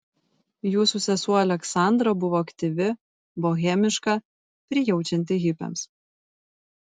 jūsų sesuo aleksandra buvo aktyvi bohemiška prijaučianti hipiams